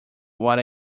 what